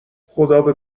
خدابه